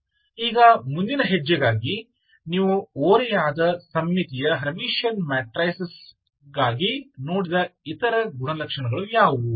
ಈಗ ಮುಂದಿನ ಹೆಜ್ಜೆಗಾಗಿ ನೀವು ಓರೆಯಾದ ಸಮ್ಮಿತೀಯ ಹರ್ಮಿಟಿಯನ್ ಮ್ಯಾಟ್ರಿಕ್ಸ್ ಗಾಗಿ ನೋಡಿದ ಇತರ ಗುಣಲಕ್ಷಣಗಳು ಯಾವುವು